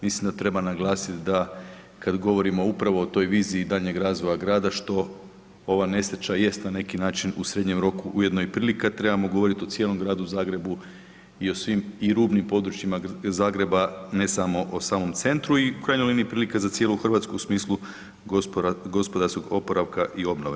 Mislim da treba naglasiti da kada govorimo upravo o toj viziji daljnjeg razvoja grada što na neki način ova nesreća jest na neki način u srednjem roku ujedno i prilika, trebamo govoriti o cijelom Gradu Zagrebu i o svim rubnim područjima Zagreba, ne samo o samom centru i u krajnjoj liniji prilika za cijelu Hrvatsku u smislu gospodarskog oporavka i obnove.